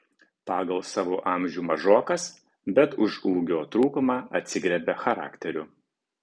pagal savo amžių mažokas bet už ūgio trūkumą atsigriebia charakteriu